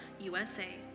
USA